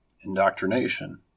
Indoctrination